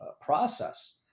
process